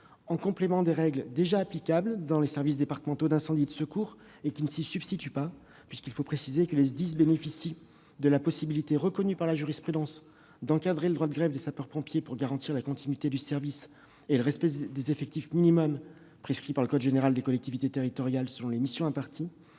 en complément des règles déjà applicables dans les services départementaux d'incendie et de secours, les SDIS, sans s'y substituer. Les SDIS bénéficient en effet de la possibilité, reconnue par la jurisprudence, d'encadrer le droit de grève des sapeurs-pompiers pour garantir la continuité du service et le respect de l'effectif minimum prescrit par le code général des collectivités territoriales en fonction des missions imparties.